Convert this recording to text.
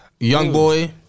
Youngboy